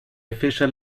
official